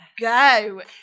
Go